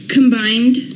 Combined